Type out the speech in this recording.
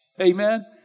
Amen